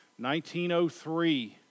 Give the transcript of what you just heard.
1903